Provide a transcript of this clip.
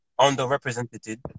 Underrepresented